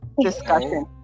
discussion